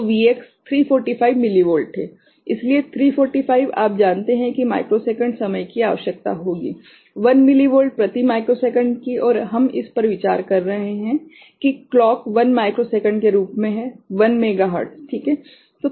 तो Vx 345 millivolt है इसलिए 345 आप जानते हैं कि माइक्रोसेकंड समय की आवश्यकता होगी 1 मिलीवोल्ट प्रति माइक्रोसेकंड की और हम इस पर विचार कर रहे हैं कि क्लॉक 1 माइक्रो सेकंड के रूप में है 1 मेगाहर्ट्ज़ ठीक है